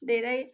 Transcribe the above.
धेरै